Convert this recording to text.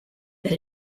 that